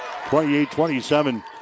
28-27